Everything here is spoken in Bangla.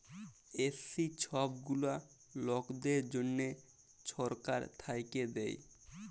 এস.সি ছব গুলা লকদের জ্যনহে ছরকার থ্যাইকে দেয়